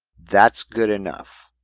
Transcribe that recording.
that's good enough.